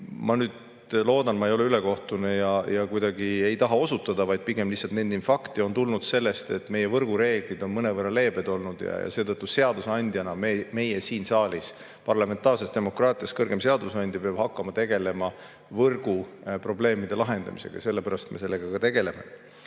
– ma loodan, et ma ei ole ülekohtune, ma kuidagi ei taha kellelegi osutada, vaid pigem lihtsalt nendin fakti – on tulnud sellest, et meie võrgureeglid on mõnevõrra leebed olnud ja seetõttu meie seadusandjana siin saalis, parlamentaarses demokraatias kõrgema seadusandjana, peame hakkama tegelema võrguprobleemide lahendamisega. Ja sellepärast me sellega ka tegeleme.